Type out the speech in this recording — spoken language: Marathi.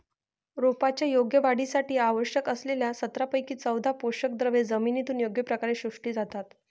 रोपांच्या योग्य वाढीसाठी आवश्यक असलेल्या सतरापैकी चौदा पोषकद्रव्ये जमिनीतून योग्य प्रकारे शोषली जातात